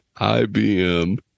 IBM